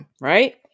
right